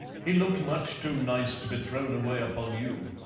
he looked much too nice to be thrown away upon you.